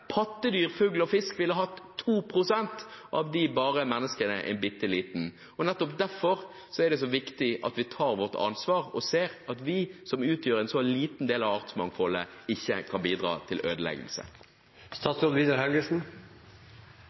Pattedyr, fugl og fisk ville hatt 2 pst. – og av dem ville menneskene bare hatt en bitteliten prosent. Nettopp derfor er det så viktig at vi tar vårt ansvar og ser at vi, som utgjør en så liten del av artsmangfoldet, ikke kan bidra til